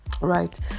right